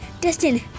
Destin